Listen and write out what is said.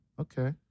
Okay